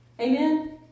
Amen